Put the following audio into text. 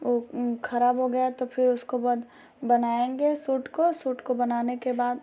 वह खराब हो गया तो फिर उसको बाद बन बनाएँगे सूट को सूट को बनाने के बाद